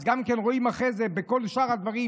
אז רואים גם אחרי זה בכל שאר הדברים,